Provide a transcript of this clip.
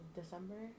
December